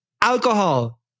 alcohol